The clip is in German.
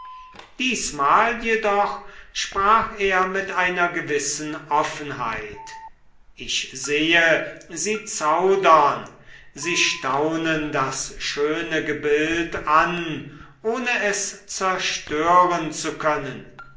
diesmal jedoch sprach er mit einer gewissen offenheit ich sehe sie zaudern sie staunen das schöne gebild an ohne es zerstören zu können